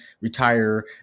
retire